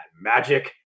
magic